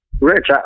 Rich